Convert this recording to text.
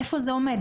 איפה זה עומד?